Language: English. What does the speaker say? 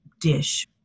dish